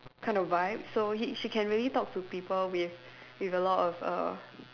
kind of vibe so he she can really talk to people with with a lot of err